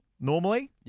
normally